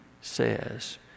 says